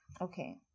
Okay